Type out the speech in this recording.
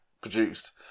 produced